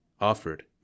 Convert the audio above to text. offered